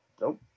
Nope